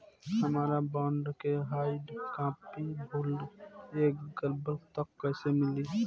हमार बॉन्ड के hard copy भुला गएलबा त कैसे मिली?